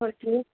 okay